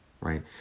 right